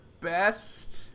best